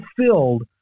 filled